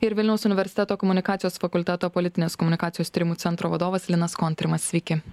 ir vilniaus universiteto komunikacijos fakulteto politinės komunikacijos tyrimų centro vadovas linas kontrimas sveiki